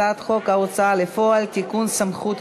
הצעת חוק שקיפות אינטרסים כספיים